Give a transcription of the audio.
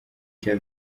cya